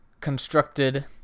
constructed